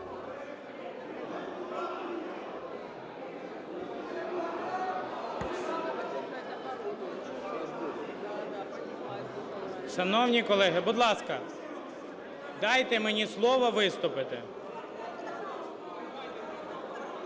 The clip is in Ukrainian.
дайте мені слово виступити.